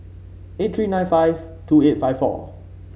eight three nine five two eight five four